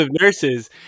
nurses